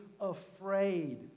afraid